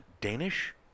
Danish